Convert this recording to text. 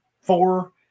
four